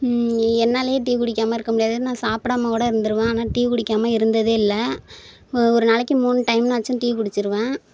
என்னாலேயே டீ குடிக்காமல் இருக்க முடியாது நான் சாப்பிடாம கூட இருந்துடுவேன் ஆனால் டீ குடிக்காமல் இருந்ததே இல்லை ஒ ஒரு நாளைக்கு மூணு டைம்னாச்சும் டீ குடிச்சிடுவேன்